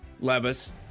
Levis